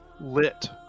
lit